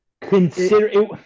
Consider